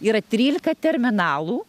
yra trylika terminalų